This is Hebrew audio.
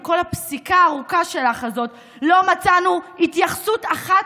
בכל הפסיקה הארוכה שלך הזאת לא מצאנו התייחסות אחת,